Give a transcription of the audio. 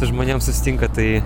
žmonėm susitinkat tai